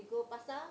you go pasta